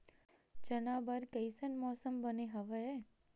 चना बर कइसन मौसम बने हवय?